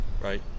Right